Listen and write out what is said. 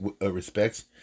respects